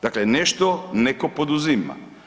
Dakle nešto netko poduzima.